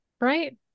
right